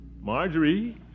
Marjorie